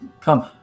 Come